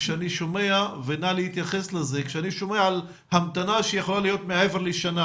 כשאני שומע על המתנה שיכולה להיות מעבר לשנה,